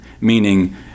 Meaning